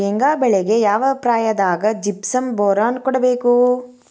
ಶೇಂಗಾ ಬೆಳೆಗೆ ಯಾವ ಪ್ರಾಯದಾಗ ಜಿಪ್ಸಂ ಬೋರಾನ್ ಕೊಡಬೇಕು?